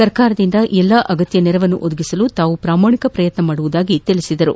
ಸರಕಾರದಿಂದ ಎಲ್ಲಾ ಅಗತ್ಯ ನೆರವನ್ನು ಒದಗಿಸಲು ತಾವು ಪ್ರಾಮಾಣಿಕ ಪ್ರಯತ್ನ ಮಾಡುವುದಾಗಿ ತಿಳಿಸಿದರು